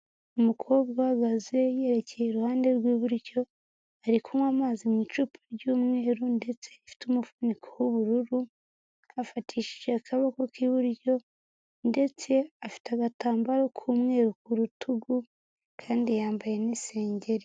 Umukobwa uhagaze yerekeye iruhande rw'iburyo, ari kunywa amazi mu icupa ry'umweru ndetse rifite umuvufuniko w'ubururu agafatishije akaboko k'iburyo ndetse afite agatambaro k'umweru ku rutugu kandi yambaye n'isengeri.